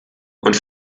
und